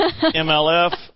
MLF